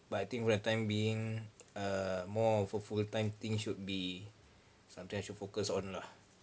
but I think for the time being err more of a full time thing should be something I should focus on lah